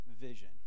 vision